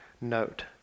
note